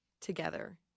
together